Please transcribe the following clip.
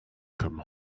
come